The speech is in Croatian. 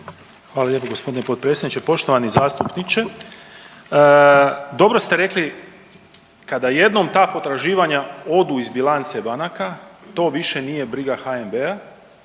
Hvala lijepo gospodine potpredsjedniče. Poštovani zastupniče dobro ste rekli kada jednom ta potraživanja odu iz bilance banaka to više nije briga HNB-a